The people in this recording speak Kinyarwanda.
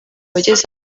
wageze